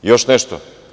Još nešto.